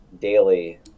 daily